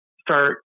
start